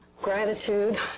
gratitude